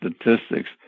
statistics